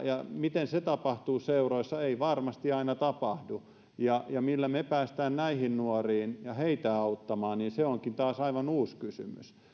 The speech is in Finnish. miten se tapahtuu seuroissa ei varmasti aina tapahdu ja ja millä me pääsemme näihin nuoriin ja heitä auttamaan niin se onkin taas aivan uusi kysymys